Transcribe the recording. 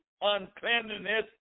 uncleanliness